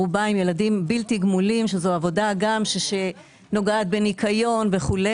ברובה עם ילדים בלתי גמולים שזו עבודה גם שנוגעת בניקיון וכו',